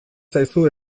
zaizu